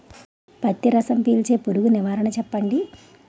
పత్తి రసం పీల్చే పురుగు నివారణ చెప్పండి?